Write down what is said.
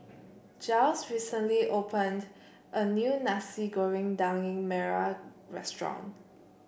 Jiles recently opened a new Nasi Goreng Daging Merah Restaurant